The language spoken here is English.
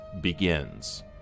begins